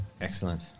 Excellent